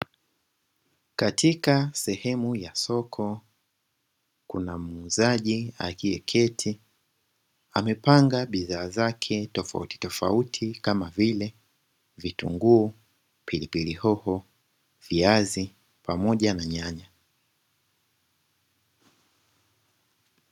Katika sehemu ya soko kuna muuzaji aliyeketi, amepanga bidhaa zake tofautitofauti kama vile: vitunguu, pilipili hoho, viazi pamoja na nyanya.